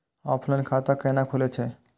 Offline खाता कैना खुलै छै?